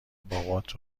بابات